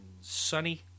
sunny